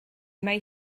mai